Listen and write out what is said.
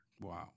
Wow